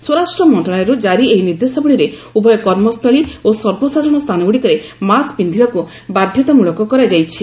ସ୍ୱରାଷ୍ଟ୍ର ମନ୍ତ୍ରଣାଳୟରୁ ଜାରି ଏହି ନିର୍ଦ୍ଦେଶାବଳୀରେ ଉଭୟ କର୍ମସ୍ଥଳୀ ଓ ସର୍ବସାଧାରଣ ସ୍ଥାନଗୁଡ଼ିକରେ ମାସ୍କ ପିନ୍ଧିବାକୁ ବାଧ୍ୟତାମୂଳକ କରାଯାଇଛି